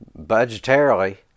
budgetarily